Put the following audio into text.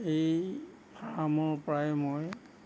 এই ফাৰ্মৰপৰাই মই